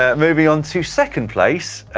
ah moving on to second place,